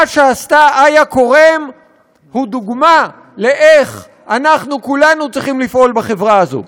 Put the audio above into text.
מה שעשתה איה כורם הוא דוגמה איך אנחנו כולנו צריכים לפעול בחברה הזאת.